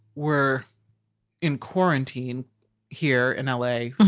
we're in quarantine here in l a.